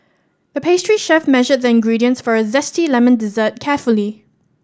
the pastry chef measured the ingredients for a zesty lemon dessert carefully